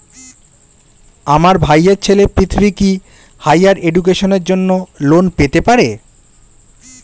আমার ভাইয়ের ছেলে পৃথ্বী, কি হাইয়ার এডুকেশনের জন্য লোন পেতে পারে?